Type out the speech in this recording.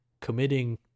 committing